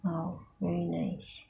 !wow! very nice